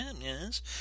yes